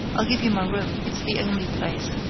i'll give you my room it's the only place.